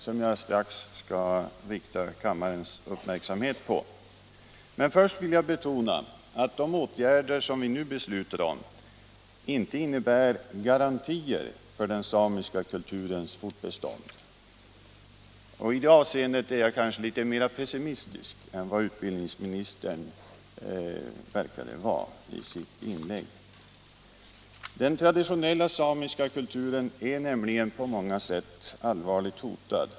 som jag skall rikta kammarens uppmärksamhet på, men först vill jag betona att de åtgärder som vi nu beslutar om inte innebär garantier för den samiska kulturens bestånd. I det avseendet är jag kanske litet mera pessimistisk än vad utbildningsministern verkade vara i sitt inlägg. Den traditionella samiska kulturen är nämligen på många sätt allvarligt hotad.